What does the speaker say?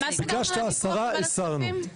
ביקשת הסרה הסרנו.